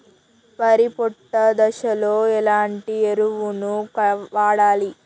వరి పొట్ట దశలో ఎలాంటి ఎరువును వాడాలి?